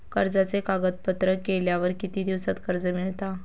कर्जाचे कागदपत्र केल्यावर किती दिवसात कर्ज मिळता?